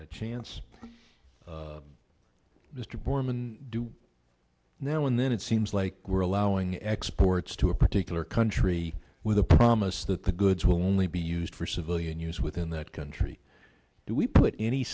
had a chance mr boreman do now and then it seems like we're allowing exports to a particular country with the promise that the goods will only be used for civilian use within that country do we put any